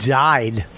died